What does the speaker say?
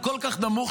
הוא כל כך נמוך,